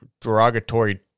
derogatory